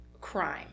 crime